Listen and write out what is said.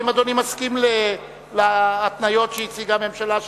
האם אדוני מסכים להתניות שהציגה הממשלה?